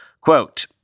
Quote